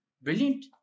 brilliant